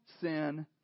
sin